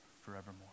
forevermore